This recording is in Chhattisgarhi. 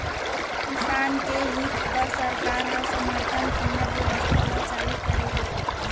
किसान के हित बर सरकार ह समरथन कीमत बेवस्था ल चालू करे हे